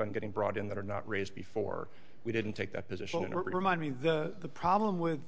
on getting brought in that are not raised before we didn't take that position and remind me the problem with